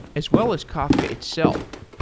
as well as kafka itself.